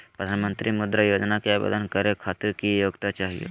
प्रधानमंत्री मुद्रा योजना के आवेदन करै खातिर की योग्यता चाहियो?